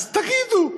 אז תגידו.